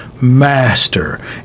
master